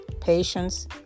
patience